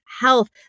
health